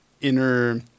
inner